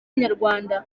nyarwanda